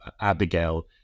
Abigail